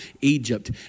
Egypt